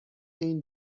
این